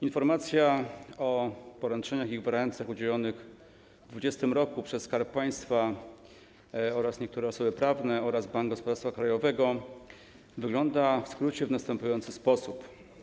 Informacja o poręczeniach i gwarancjach udzielonych w 2020 roku przez Skarb Państwa, niektóre osoby prawne oraz Bank Gospodarstwa Krajowego” wygląda w skrócie w następujący sposób.